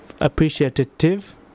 appreciative